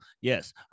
yes